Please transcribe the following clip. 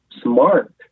smart